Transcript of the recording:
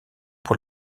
pour